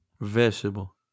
vegetable